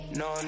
no